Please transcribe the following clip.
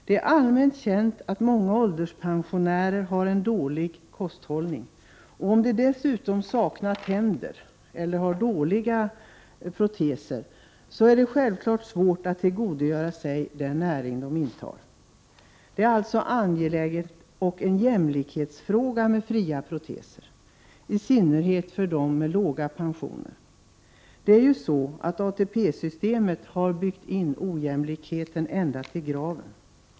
Det är allmänt känt att många ålderspensionärer har en dålig kosthållning. Om de dessutom saknar tänder eller har dåliga proteser är det självfallet svårt för dem att tillgodogöra sig den näring de intar. Kostnadsfria proteser är alltså en angelägen fråga, och det är en jämlikhetsfråga, i synnerhet för de pensionärer som har låga pensioner. ATP-systemet har nämligen byggt in ojämlikheten ända till graven.